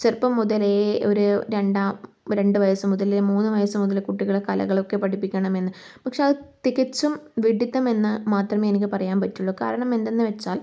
ചെറുപ്പം മുതലേ ഒര് രണ്ടാം രണ്ട് വയസ്സ് മുതല് മൂന്ന് വയസ്സ് മുതല് കുട്ടികളെ കലകളൊക്കെ പഠിപ്പിക്കണമെന്ന് പക്ഷെ അത് തികച്ചും വിഡ്ഢിത്തം എന്ന് മാത്രമേ എനിക്ക് പറയാൻ പറ്റുള്ളൂ കാരണം എന്തെന്ന് വെച്ചാൽ